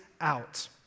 out